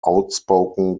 outspoken